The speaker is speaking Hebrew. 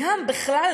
וגם בכלל,